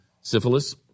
Syphilis